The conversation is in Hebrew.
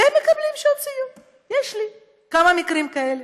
והם מקבלים שעות סיעוד, יש לי כמה מקרים כאלה,